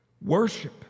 Worship